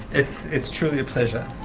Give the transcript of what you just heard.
it's it's truly a pleasure